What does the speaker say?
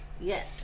Yes